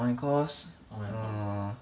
my course err